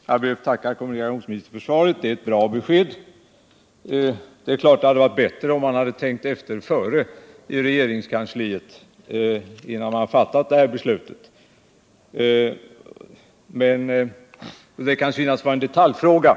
Herr talman! Jag ber att få tacka kommunikationsministern för svaret. Det är ett bra besked. Det är klart att det hade varit bättre om man tänkt efter före i regeringskansliet, dvs. innan man fattade det här beslutet. Det här kan synas vara en detaljfråga.